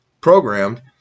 programmed